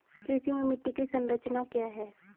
कृषि में मिट्टी की संरचना क्या है?